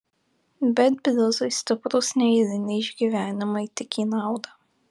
bet bliuzui stiprūs neeiliniai išgyvenimai tik į naudą